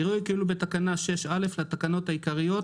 יראו כאילו בתקנה 6(א) לתקנות העיקריות